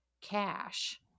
cash